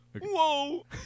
Whoa